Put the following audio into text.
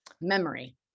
memory